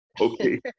Okay